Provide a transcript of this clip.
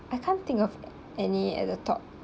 I can't think of any at the top